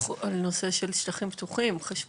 הנושא של שטחים פתוחים חשוב לציין.